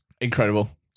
incredible